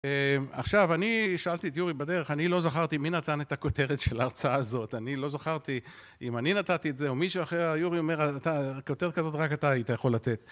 עכשיו, אני שאלתי את יורי בדרך, אני לא זכרתי מי נתן את הכותרת של ההרצאה הזאת, אני לא זכרתי אם אני נתתי את זה או מישהו אחר, יורי אומר, כותרת כזאת רק אתה היית יכול לתת.